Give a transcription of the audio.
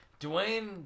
Dwayne